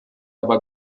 aber